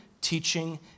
teaching